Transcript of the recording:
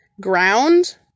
ground